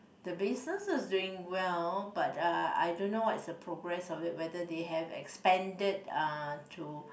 the bases is doing well but uh I don't know what's the progress of it whether they had expanded uh to